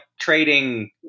trading